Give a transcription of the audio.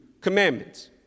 commandments